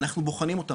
אנחנו בוחנים אותם.